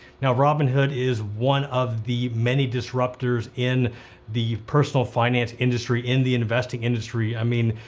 now robinhood is one of the many disruptors in the personal finance industry, in the investing industry. i mean,